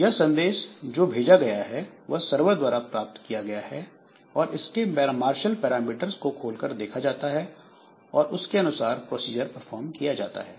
यह संदेश जो भेजा गया है वह सरवर द्वारा प्राप्त किया जाता है और इसके मार्शल पैरामीटर्स को खोलकर देखा जाता है और उसके अनुसार प्रोसीजर परफॉर्म किया जाता है